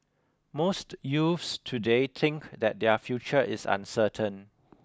most youths today think that their future is uncertain